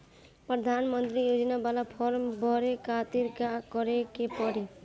प्रधानमंत्री योजना बाला फर्म बड़े खाति का का करे के पड़ी?